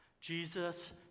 Jesus